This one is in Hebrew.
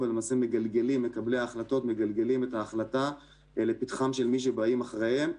ומקבלי ההחלטות מגלגלים את ההחלטה לפתחם של מי שבאים אחריהם,